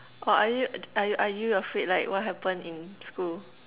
oh are you are are you afraid like what happen in school